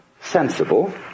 sensible